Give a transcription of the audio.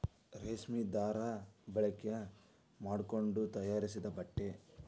ರೇಶ್ಮಿ ದಾರಾ ಬಳಕೆ ಮಾಡಕೊಂಡ ತಯಾರಿಸಿದ ಬಟ್ಟೆ